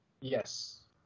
Yes